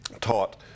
taught